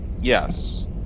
Yes